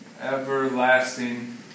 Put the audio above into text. everlasting